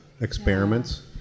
experiments